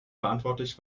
verantwortlich